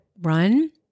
run